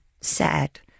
sad